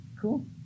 Cool